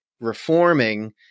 reforming